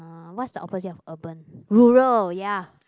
uh what's the opposite of urban rural ya